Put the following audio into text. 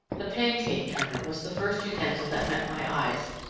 the pancake turner was the first utensil that met my eyes.